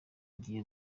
ngiye